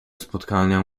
spotkania